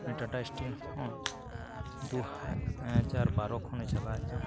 ᱱᱩᱭ ᱴᱟᱴᱟ ᱥᱴᱤᱞ ᱦᱚᱸ ᱫᱩ ᱦᱟᱡᱟᱨ ᱵᱟᱨᱳ ᱠᱷᱚᱱᱮ ᱪᱟᱞᱟᱣᱮᱜᱼᱟ